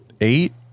eight